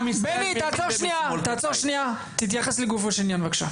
בני, תתייחס לגופו של עניין בבקשה.